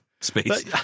Space